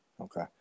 Okay